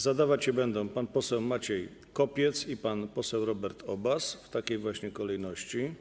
Zadawać je będą pan poseł Maciej Kopiec i pan poseł Robert Obaz, w takiej właśnie kolejności.